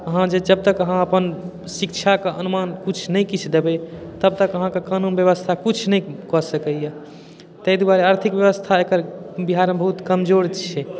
अहाँ जे जबतक अहाँ अपन शिक्षाके अनुमान किछु ने किछु देबै तबतक अहाँके कानून व्यवस्था किछु नहि कऽ सकैया तै दुआरे आर्थिक व्यवस्था एकर बिहारमे बहुत कमजोर छै